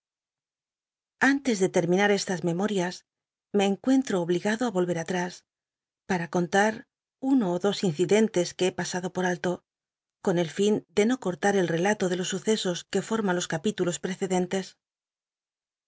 antes ele terminar estas memorias me encuentro obligado á olvcr atrás para contar uno ó dos incidentes que he pasado por alto con el fin de no cortar el relato de los sucesos que forman los capítulos pteccdentes